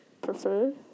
Prefer